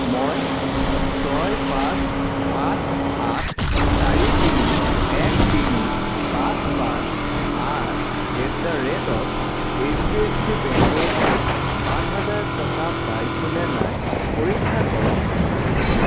মই ছয় পাঁচ সাত আঠ চাৰি তিনি এক তিনি পাঁচ পাঁচ আঠ at the rate of H D F C বেংকৰ পৰা সাত হাজাৰ টকা পাইছো নে নাই পৰীক্ষা কৰক